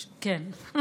כן,